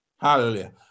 hallelujah